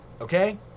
okay